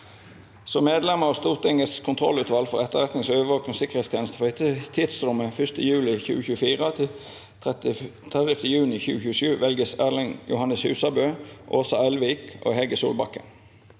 Som medlemmer av Stortingets kontrollutvalg for etterretnings-, overvåkings- og sikkerhetstjeneste for tidsrommet 1. juli 2024 til 30. juni 2027 velges Erling Johannes Husabø, Åsa Elvik og Hege Solbakken.